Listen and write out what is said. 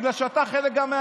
בגלל שאתה גם חלק מהעדה,